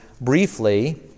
Briefly